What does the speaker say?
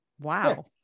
Wow